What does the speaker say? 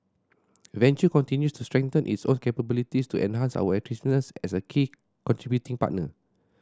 venture continues to strengthen its own capabilities to enhance our attractiveness as a key contributing partner